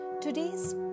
Today's